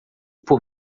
por